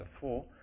four